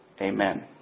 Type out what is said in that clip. Amen